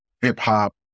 hip-hop